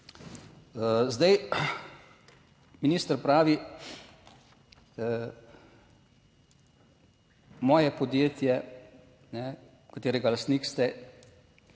Zdaj, minister pravi, moje podjetje katerega lastnik ste